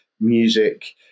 music